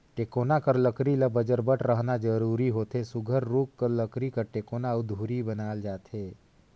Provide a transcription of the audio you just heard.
टेकोना कर लकरी ल बजरबट रहना जरूरी होथे सुग्घर रूख कर लकरी कर टेकोना अउ धूरी बनाल जाथे